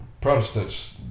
Protestants